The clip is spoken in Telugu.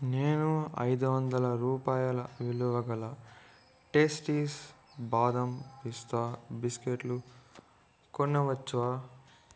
నేను ఐదు వందల రూపాయల విలువగల టేస్టీస్ బాదం పిస్తా బిస్కెట్లు కొనవచ్చా